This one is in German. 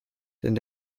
denn